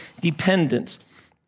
dependent